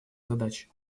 задач